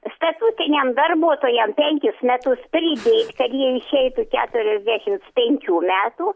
statutiniam darbuotojam penkis metus pridėt kad jie išeitų keturiasdešims penkių metų